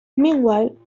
meanwhile